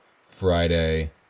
Friday